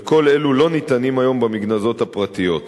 וכל אלו לא ניתנים היום במגנזות הפרטיות.